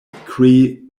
cree